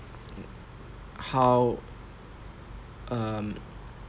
how um